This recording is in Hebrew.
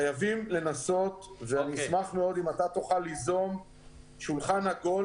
חייבים לנסות, אשמח אם תוכל ליזום שולחן עגול